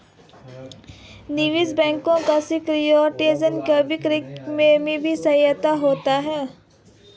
निवेश bank securities की बिक्री में भी सहायक होते हैं